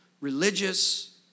Religious